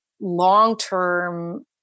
long-term